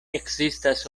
ekzistas